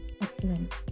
Excellent